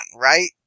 right